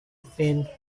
thin